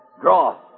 Draw